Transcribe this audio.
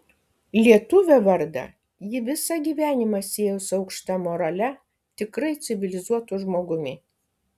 lietuvio vardą ji visą gyvenimą siejo su aukšta morale tikrai civilizuotu žmogumi